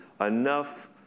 enough